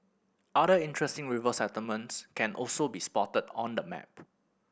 other interesting river settlements can also be spotted on the map